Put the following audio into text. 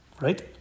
right